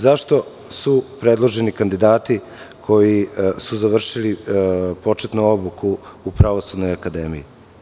Zašto su predloženi kandidati koji su završili početnu obuku u Pravosudnoj akademiji?